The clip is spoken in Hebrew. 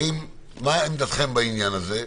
מה עמדתכם בעניין הזה?